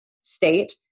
state